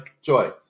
joy